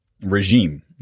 regime